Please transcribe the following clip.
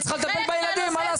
היא צריכה לטפל בילדים, מה לעשות?